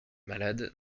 malade